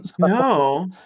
No